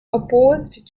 opposed